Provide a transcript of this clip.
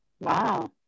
Wow